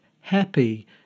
happy